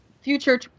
Future